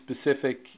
specific